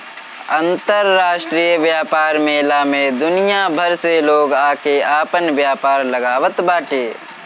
अंतरराष्ट्रीय व्यापार मेला में दुनिया भर से लोग आके आपन व्यापार लगावत बाटे